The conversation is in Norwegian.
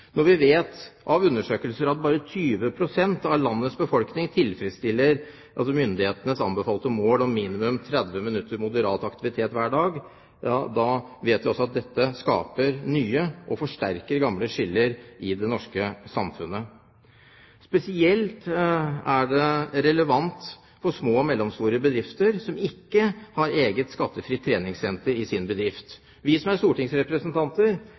Når vi vet av undersøkelser at bare 20 pst. av landets befolkning tilfredsstiller myndighetenes anbefalte mål om minimum 30 minutter moderat aktivitet hver dag, da vet vi også at dette skaper nye – og forsterker gamle – skiller i det norske samfunnet. Spesielt er det relevant for små og mellomstore bedrifter som ikke har eget skattefritt treningssenter i sin bedrift. Vi som er stortingsrepresentanter